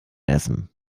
essen